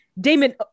Damon